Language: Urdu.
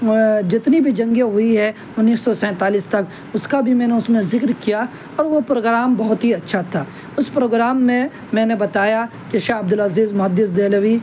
جتنی بھی جنگیں ہوئی ہے انیس سو سینتالیس تک اس کا بھی میں نے اس میں ذکر کیا اور وہ پروگرام بہت ہی اچھا تھا اس پروگرام میں میں نے بتایا کہ شاہ عبد العزیز محدث دہلوی